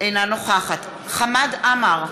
אינה נוכחת חמד עמאר,